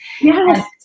Yes